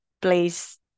please